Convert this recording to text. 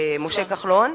משה כחלון.